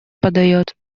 подаёт